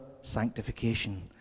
sanctification